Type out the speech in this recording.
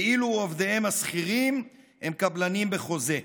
כאילו עובדיהם השכירים הם קבלנים בחוזה.